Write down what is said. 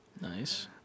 Nice